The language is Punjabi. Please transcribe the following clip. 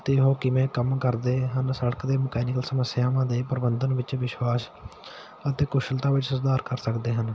ਅਤੇ ਉਹ ਕਿਵੇਂ ਕੰਮ ਕਰਦੇ ਹਨ ਸੜਕ 'ਤੇ ਮਕੈਨੀਕਲ ਸਮੱਸਿਆਵਾਂ ਦੇ ਪ੍ਰਬੰਧਨ ਵਿੱਚ ਵਿਸ਼ਵਾਸ ਅਤੇ ਕੁਸ਼ਲਤਾ ਵਿੱਚ ਸੁਧਾਰ ਕਰ ਸਕਦੇ ਹਨ